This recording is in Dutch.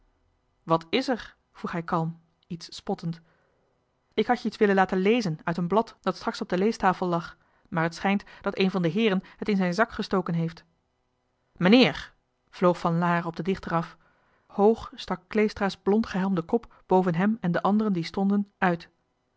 wat s er vroeg hij kalm iets spottend ik had je iets willen laten lezen uit een blad dat straks op de leestafel lag maar het schijnt dat een van de heeren het in zijn zak gestoken heeft meneer vloog van laer op den dichter af hoog stak kleestra's blondgehelmde kop boven hem en de anderen die stonden uit